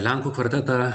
lenkų kvartetą